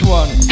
one